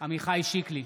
עמיחי שיקלי,